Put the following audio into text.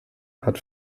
hat